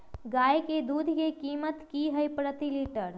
गाय के दूध के कीमत की हई प्रति लिटर?